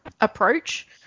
approach